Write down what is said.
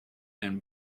and